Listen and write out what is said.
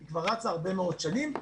היא כבר רצה הרבה מאוד שנים.